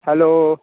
hello